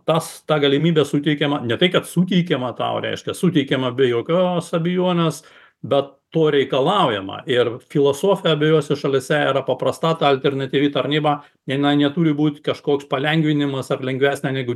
tas ta galimybė suteikiama ne tai kad suteikiama tau reiškia suteikiama be jokios abejonės bet to reikalaujama ir filosofija abiejose šalyse yra paprasta alternatyvi tarnyba jinai neturi būt kažkoks palengvinimas ar lengvesnė negu